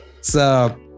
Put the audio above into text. So-